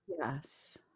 Yes